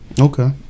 Okay